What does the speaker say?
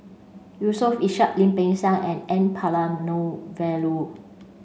Yusof Ishak Lim Peng Siang and N Palanivelu